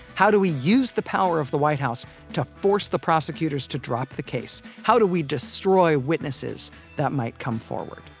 how do we use the power of the white house to force the prosecutors to drop the case, how do we destroy witnesses that might come forward